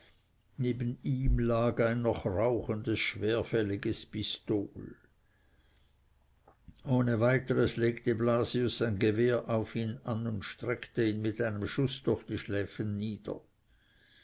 neben ihm lag ein noch rauchendes schwerfälliges pistol ohne weiteres legte blasius sein gewehr auf ihn an und streckte ihn mit einem schusse durch die schläfen nieder